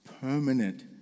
permanent